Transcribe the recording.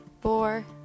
four